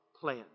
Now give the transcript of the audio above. plan